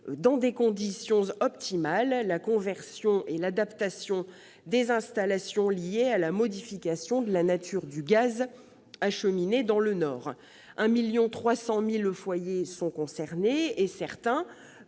dans des conditions optimales, la conversion et l'adaptation des installations liées à la modification de la nature du gaz acheminé dans le Nord. Quelque 1,3 million de foyers sont concernés et certains